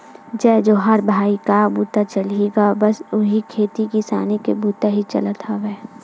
जय जोहार भाई काय बूता चलही गा बस उही खेती किसानी के बुता ही चलत हवय